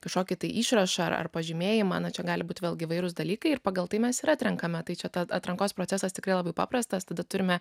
kažkokį tai išrašą ar ar pažymėjimą na čia gali būti vėlgi įvairūs dalykai ir pagal tai mes ir atrenkame tai čia tad atrankos procesas tikrai labai paprastas tada turime